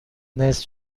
نصف